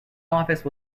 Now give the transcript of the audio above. office